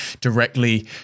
directly